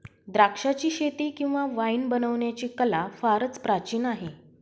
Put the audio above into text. द्राक्षाचीशेती किंवा वाईन बनवण्याची कला फार प्राचीन आहे